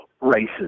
races